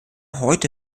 heute